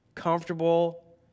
comfortable